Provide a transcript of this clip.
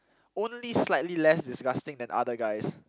only slightly less disgusting than other guys